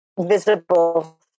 visible